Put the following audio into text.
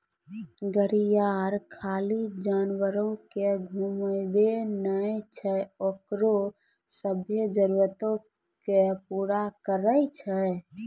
गरेरिया खाली जानवरो के घुमाबै नै छै ओकरो सभ्भे जरुरतो के पूरा करै छै